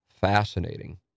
fascinating